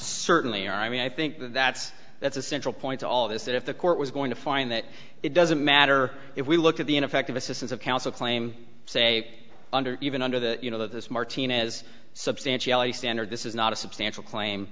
certainly i mean i think that's that's a central point to all of this if the court was going to find that it doesn't matter if we look at the ineffective assistance of counsel claim say under even under the you know this martinez substantiality standard this is not a substantial claim